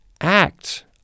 act